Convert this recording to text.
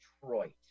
Detroit